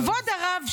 כבוד הרב,